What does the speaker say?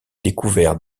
découvert